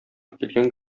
килгән